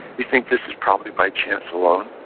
we think this is probably by chance alone.